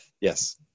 Yes